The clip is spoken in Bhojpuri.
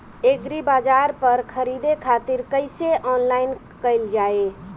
एग्रीबाजार पर खरीदे खातिर कइसे ऑनलाइन कइल जाए?